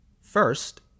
first